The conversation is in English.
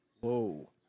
Whoa